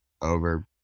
over